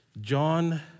John